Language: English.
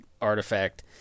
artifact